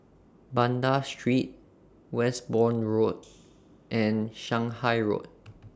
Banda Street Westbourne Road and Shanghai Road